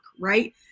right